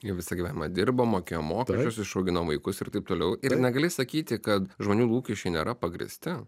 jo visą gyvenimą dirbom mokėjom mokesčius išauginom vaikus ir taip toliau ir negali sakyti kad žmonių lūkesčiai nėra pagrįsti